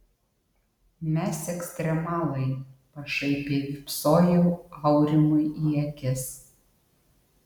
mes ekstremalai pašaipiai vypsojau aurimui į akis